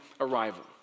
arrival